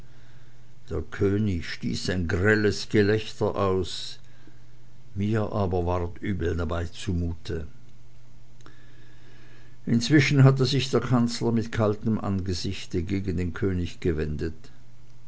der könig stieß ein grelles gelächter aus mir aber ward übel dabei zumute inzwischen hatte sich der kanzler mit kaltem angesichte gegen den könig gewendet